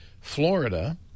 Florida